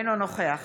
אינו נוכח